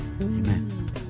amen